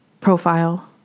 profile